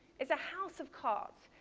it's a house of cards.